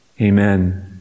Amen